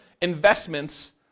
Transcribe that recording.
investments